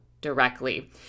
directly